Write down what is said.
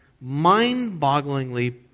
mind-bogglingly